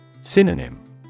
Synonym